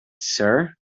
sir